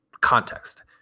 context